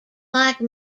like